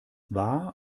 war